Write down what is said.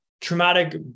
traumatic